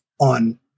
on